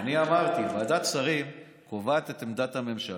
אני אמרתי: ועדת השרים קובעת את עמדת הממשלה.